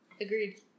Agreed